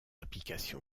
application